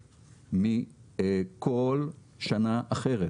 מכל שנה אחרת.